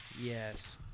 Yes